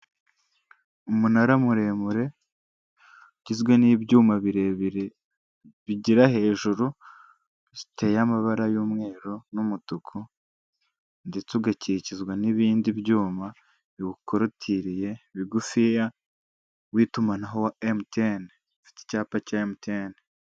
Umunara muremure ugizwe n'ibyuma birebire bigera hejuru, ziteye amabara y'umweru n'umutuku ndetse ugakikizwa n'ibindi byuma biwukorotiriye bigufiya w'itumanaho wa MTN, ufite icyapa cya MTN.